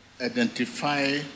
identify